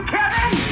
Kevin